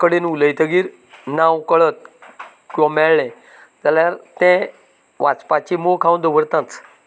कडेन उलयतकीर नांव कळत किंवा मेळ्ळें जाल्यार तें वाचपाची मोख हांव दवरताच